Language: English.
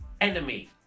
enemy